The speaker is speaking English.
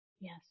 Yes